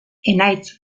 enaitz